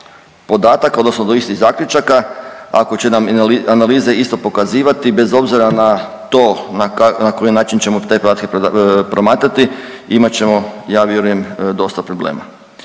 podataka, odnosno do istih zaključaka, ako će nam analize isto pokazivati, bez obzira na to na koji način ćemo te podatke promatrati, imat ćemo, ja vjerujem, dosta problema.